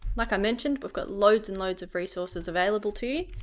like i mentioned we've got loads and loads of resources available to you.